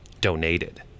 donated